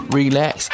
relax